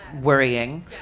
Worrying